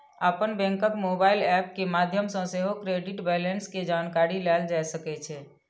अपन बैंकक mobile app के माध्यम सं सेहो क्रेडिट बैंलेंस के जानकारी लेल जा सकै छै